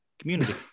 Community